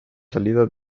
salida